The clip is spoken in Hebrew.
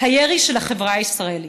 הירי של החברה הישראלית,